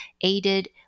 aided